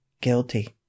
guilty